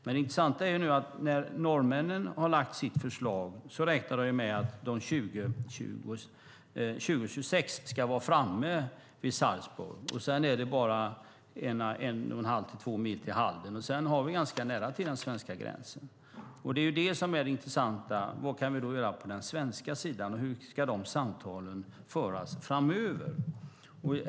Det intressanta är att när norrmännen har lagt fram sitt förslag har de räknat med att 2026 vara framme vid Sarpsborg. Sedan är det bara en och en halv till två mil till Halden, och därefter är det nära till den svenska gränsen. Det intressanta är vad vi kan göra på den svenska sidan och hur de samtalen ska föras framöver.